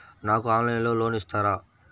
నాకు ఆన్లైన్లో లోన్ ఇస్తారా?